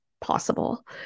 possible